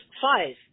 five